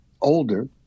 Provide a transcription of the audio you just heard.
older